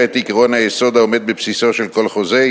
את עקרון היסוד העומד בבסיסו של כל חוזה,